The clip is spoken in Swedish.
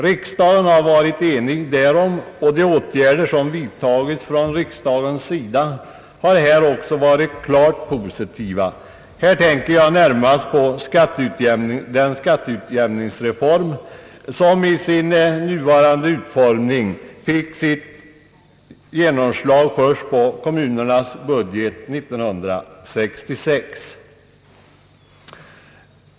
Riksdagen har varit enig därom, och de åtgärder som vidtagits från riksdagens sida har varit klart positiva. Här tänker jag närmast på den skatteutjämning som i sin nuvarande utformning fick sitt genomslag på kommunernas budget först 1966.